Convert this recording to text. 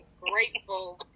grateful